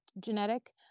genetic